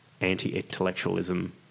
anti-intellectualism